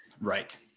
right